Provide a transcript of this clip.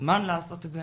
מוזמן לעשות את זה,